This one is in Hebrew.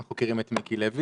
אנחנו מכירים את מיקי לוי.